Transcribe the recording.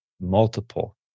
multiple